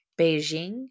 Beijing